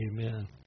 Amen